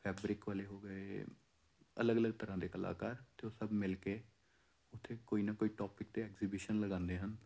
fabric ਵਾਲੇ ਹੋ ਗਏ ਅਲਗ ਅਲਗ ਤਰ੍ਹਾਂ ਦੇ ਕਲਾਕਾਰ ਅਤੇ ਉਹ ਸਭ ਮਿਲ ਕੇ ਉੱਥੇ ਕੋਈ ਨਾ ਕੋਈ ਟੋਪਿਕ 'ਤੇ ਐਕਸੀਬਿਸ਼ਨ ਲਗਾਉਂਦੇ ਹਨ